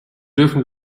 dürfen